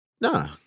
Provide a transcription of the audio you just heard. Nah